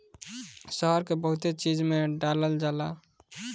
शहद के बहुते चीज में डालल जाला